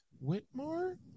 Whitmore